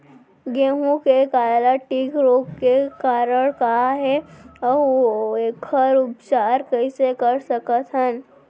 गेहूँ के काला टिक रोग के कारण का हे अऊ एखर उपचार कइसे कर सकत हन?